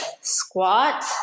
squat